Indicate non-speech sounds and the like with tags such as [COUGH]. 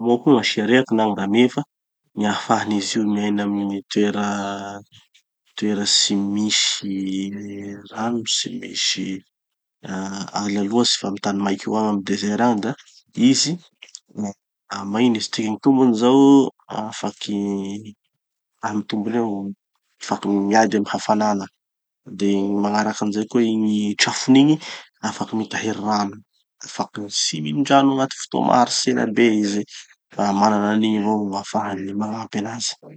[AUDIO DISTORTION] [chameaux] koa gn'asia rehaky na gny rameva. Gny ahafan'izy io miaina amy gny toera, toera tsy misy rano, tsy misy ala loatsy fa amy tany maiky io, amy desert agny da izy, ah magnino izy ty, gny tombony zao afaky, amy tombony ao afaky miady amy hafanana. De gny magnaraky anizay koa igny trafony igny afaky mitahiry rano. Afaky gny tsy minon-drano agnaty fotoa maharitsy ela be izy fa mananan'anigny avao ahafahany magnampy anazy.